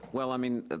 well i mean,